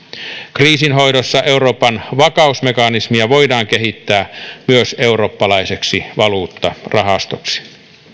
kriisinhoidossa euroopan vakausmekanismia voidaan kehittää myös eurooppalaiseksi valuuttarahastoksi